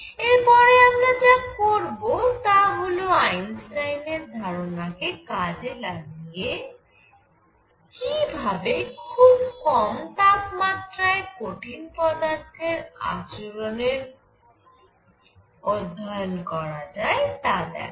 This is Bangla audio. এর পরে আমরা যা করব তা হল আইনস্টাইনের ধারনা কে কাজে লাগিয়ে কি ভাবে খুব কম তাপমাত্রায় কঠিন পদার্থের আচরণের অধ্যয়ন করা যায় তা দেখা